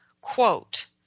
quote